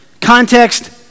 context